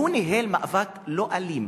ניהל מאבק לא אלים